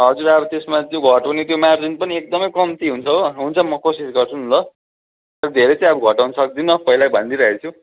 हजुर अब त्यसमा त्यो घटाउने त्यो मार्जिन पनि एकदमै कम्ती हुन्छ हो हुन्छ म कोसिस गर्छु नि ल धेरै चाहिँ अब घटाउनु सक्दिनँ पहिल्यै भनिदिइराखेको छु